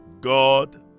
God